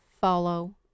Follow